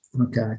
Okay